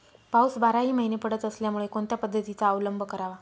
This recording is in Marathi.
पाऊस बाराही महिने पडत असल्यामुळे कोणत्या पद्धतीचा अवलंब करावा?